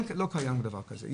לא קיים דבר כזה.